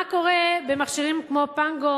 מה קורה במכשירים כמו "פנגו",